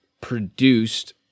produced –